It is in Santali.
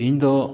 ᱤᱧᱫᱚ